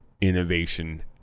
innovation